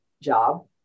job